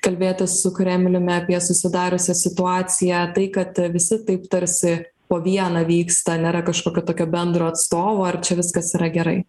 kalbėtis su kremliumi apie susidariusią situaciją tai kad visi taip tarsi po vieną vyksta nėra kažkokio tokio bendro atstovo ar čia viskas yra gerai